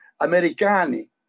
Americani